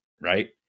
right